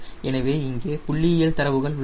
எனவே இங்கே புள்ளியியல் தரவுகள் உள்ளன